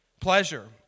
Pleasure